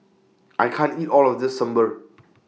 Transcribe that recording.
I can't eat All of This Sambar